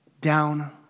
down